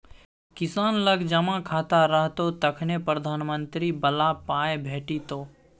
किसान लग जमा खाता रहतौ तखने प्रधानमंत्री बला पाय भेटितो